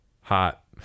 hot